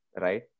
right